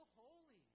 holy